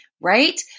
right